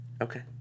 Okay